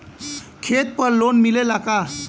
खेत पर लोन मिलेला का?